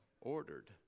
ordered